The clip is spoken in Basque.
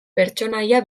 pertsonaia